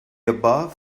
above